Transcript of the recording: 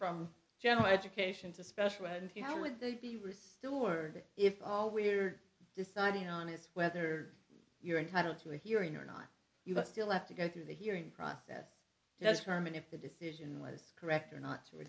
from general education to special ed and how would they be restored if all we're deciding on is whether you're entitled to a hearing or not you can still have to go through the hearing process yes herman if the decision was correct or not to